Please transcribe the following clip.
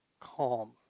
calm